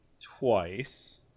twice